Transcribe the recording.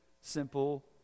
simple